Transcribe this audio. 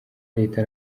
leta